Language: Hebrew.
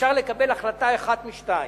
אפשר לקבל החלטה אחת משתיים: